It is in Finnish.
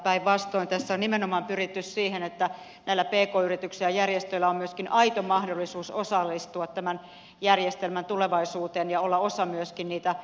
päinvastoin tässä on nimenomaan pyritty siihen että näillä pk yrityksillä ja järjestöillä on myöskin aito mahdollisuus osallistua tämän järjestelmän tulevaisuuteen ja olla osa myöskin niitä palveluprosesseja